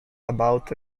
about